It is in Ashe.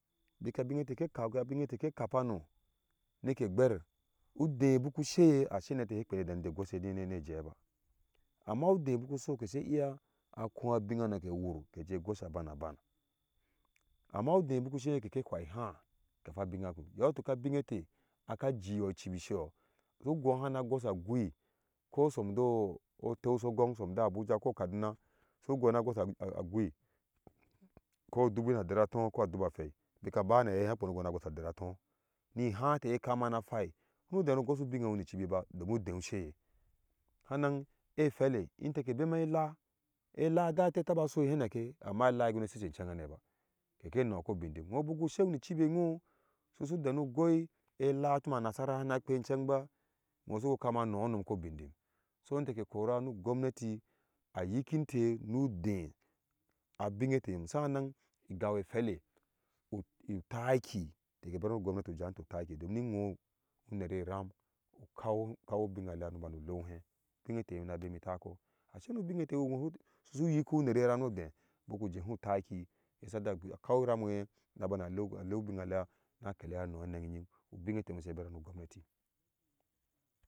Bika abing ete ke kau ge bin ete ke kapa nó neke quer udeh biku sheye a sai ni yadda ete ke shishe dene je e goshe neje ba amma udeh biku so kese iya a kua bin anei ke wur keja goshe a bana bag amma udeh biku sheye kese whai hava kafa bing a wur yo tuk abing etee aka jiyo ichibi sheyo sugua ana gose a gui kobon do oteu so gogn som da abuja ko a kaduna su gua ana gosa agui ko dubu na dera atoo ko a dubu whei bika bana aei na gosa dera too ni haa ete na kana na whai suni uderuugosu biy awo ni chibi ba domin ude useye hannan ehwele inte ke beme eláá da eláá ete taba soi heneke sece nchenhomba kike. gno ko bindim nwo biku sewo ni chibi nwo susu denu ugoi elaa choma a nasara sana kwei in ching ba wo su kama mooi inom ko bindim so nite ke kora nu gwannati ayikinte nudeh sa. a nan i gwan e whele utaki teke bera nu gwannati ujawmte utaki domin nwo u nere eram ukan ibm a leya ni uban uleu ohee bin eite yom na bemi takoo asai ni ubin ete usunu uyi unere ram no deh biku ujehm utaki asija kawi ram ewe na bana leu ubin a leya na keleye anoo ena eyin ubum etee yon se bur nu gwamnati.